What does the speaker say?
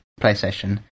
PlayStation